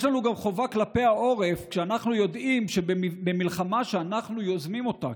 יש לנו גם חובה כלפי העורף כשאנחנו יודעים שבמלחמה שאנחנו יוזמים אותה,